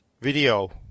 video